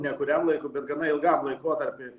ne kuriam laikui bet gana ilgam laikotarpiui